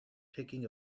taking